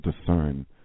discern